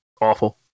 awful